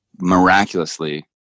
miraculously